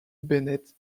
bennett